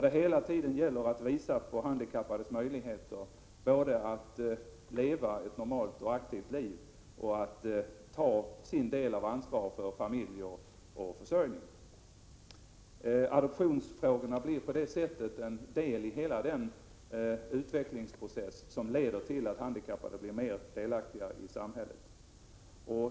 Det gäller att hela tiden visa på handikappades möjligheter att både leva ett normalt och aktivt liv och att ta sin del av ansvaret för familj och försörjning. Adoptionsfrågorna blir på det sättet en del av hela den utvecklingsprocess som leder till att handikappade blir mer delaktiga i samhället.